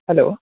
hello